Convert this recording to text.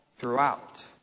throughout